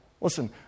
Listen